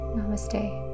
Namaste